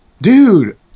Dude